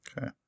Okay